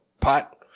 pot